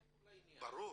ברור.